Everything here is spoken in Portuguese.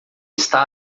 está